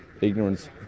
Ignorance